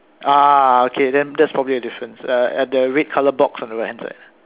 ah okay then that's probably a difference uh at the red color box on the right hand side